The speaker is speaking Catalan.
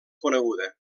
coneguda